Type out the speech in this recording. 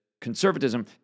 conservatism